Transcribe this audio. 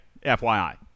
FYI